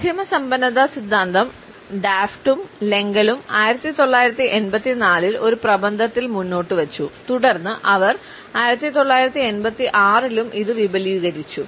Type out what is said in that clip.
മാധ്യമ സമ്പന്നത സിദ്ധാന്തം ഡാഫ്റ്റും ലെംഗലും 1984 ൽ ഒരു പ്രബന്ധത്തിൽ മുന്നോട്ടുവച്ചു തുടർന്ന് അവർ 1986 ലും ഇത് വിപുലീകരിച്ചു